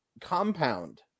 compound